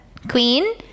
Queen